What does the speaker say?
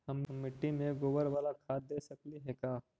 हम मिट्टी में गोबर बाला खाद दे सकली हे का?